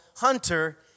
Hunter